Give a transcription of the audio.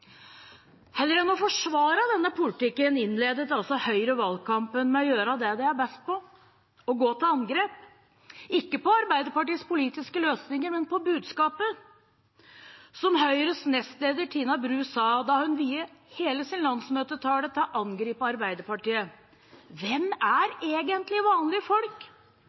Heller enn å forsvare denne politikken innledet altså Høyre valgkampen med å gjøre det de er best på, å gå til angrep – ikke på Arbeiderpartiets politiske løsninger, men på budskapet. Som Høyres nestleder Tina Bru sa, da hun viet hele sin landsmøtetale til å angripe Arbeiderpartiet: Hvem er egentlig vanlige folk?